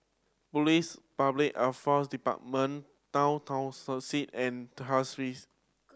Police Public Affairs Department Tower and